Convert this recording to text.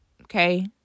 okay